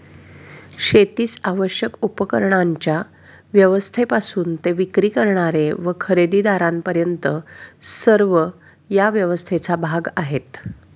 शेतीस आवश्यक उपकरणांच्या व्यवस्थेपासून ते विक्री करणारे व खरेदीदारांपर्यंत सर्व या व्यवस्थेचा भाग आहेत